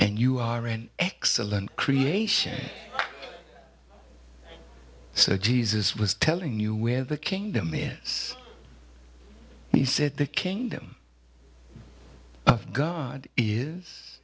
and you are an excellent creation so jesus was telling you where the kingdom is he said the kingdom of god is